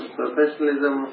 professionalism